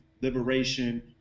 liberation